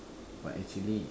but actually